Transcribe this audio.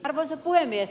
arvoisa puhemies